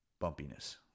bumpiness